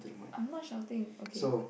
I'm not shouting okay